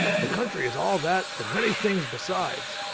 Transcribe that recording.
the country is all that and many things besides.